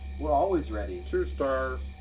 we're always ready. two star.